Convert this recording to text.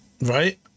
right